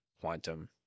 Quantum